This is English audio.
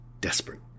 desperate